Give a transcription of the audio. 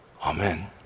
Amen